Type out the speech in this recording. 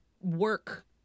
work